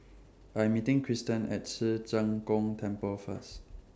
I'm meeting Kristian At Ci Zheng Gong Temple First